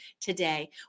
today